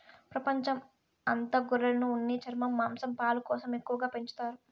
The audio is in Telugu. ప్రపంచం అంత గొర్రెలను ఉన్ని, చర్మం, మాంసం, పాలు కోసం ఎక్కువగా పెంచుతారు